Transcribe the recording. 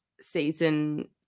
season